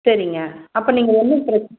சரிங்க அப்போ நீங்கள் ஒன்றும் பிரச்சனை